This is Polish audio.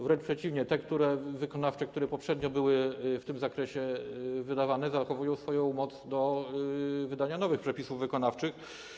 Wręcz przeciwnie: wykonawcze, które poprzednio były w tym zakresie wydawane, zachowują swoją moc do wydania nowych przepisów wykonawczych.